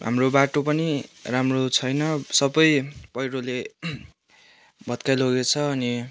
हाम्रो बाटो पनि राम्रो छैन सबै पैह्रोले भत्काइलगेछ अनि